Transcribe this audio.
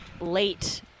late